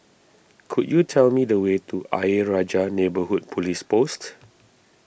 could you tell me the way to Ayer Rajah Neighbourhood Police Post